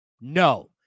No